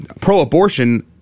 pro-abortion